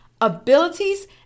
abilities